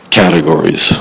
categories